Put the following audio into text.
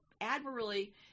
admirably